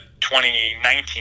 2019